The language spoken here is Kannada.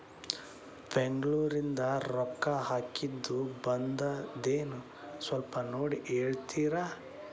ಬೆಂಗ್ಳೂರಿಂದ ರೊಕ್ಕ ಹಾಕ್ಕಿದ್ದು ಬಂದದೇನೊ ಸ್ವಲ್ಪ ನೋಡಿ ಹೇಳ್ತೇರ?